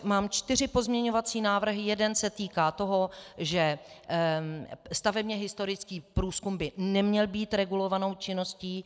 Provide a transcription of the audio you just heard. Mám čtyři pozměňovací návrhy, jeden se týká toho, že stavebně historický průzkum by neměl být regulovanou činností.